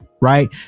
Right